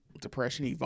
depression